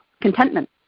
contentment